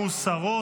אלעזר שטרן,